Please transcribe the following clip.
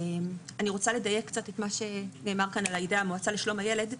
אני רוצה לדייק קצת את מה שנאמר כאן על ידי המועצה לשלום הילד.